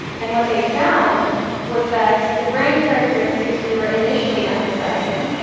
and what they found was that the brand characteristics we were initially emphasizing,